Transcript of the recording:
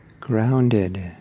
grounded